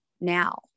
now